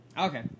Okay